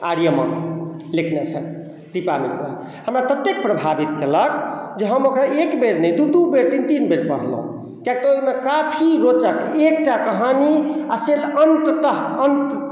आर्यमा लिखने छथि दीपा मिश्रा हमरा तते प्रभावित केलक जे हम ओकरा एक बेर नहि दू दू बेर तीन तीन बेर पढ़लहुॅं कियाक तऽ ओहिमे काफी रोचक एकटा कहानी से अंततः अंत